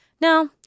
Now